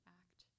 act